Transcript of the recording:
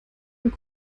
und